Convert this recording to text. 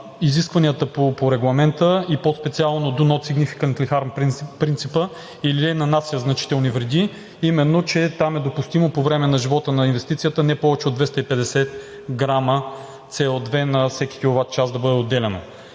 изискванията по Регламента и по-специално принципа Do not significant harm – или не нанася значителни вреди, именно че там е допустимо по време на живота на инвестицията не повече от 250 грама СО 2 на всеки киловат час да бъде отделяно.